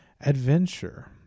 adventure